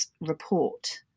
report